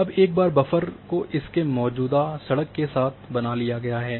अब एक बार बफर को इसके मौजूदा सड़क के साथ बना लिया गया है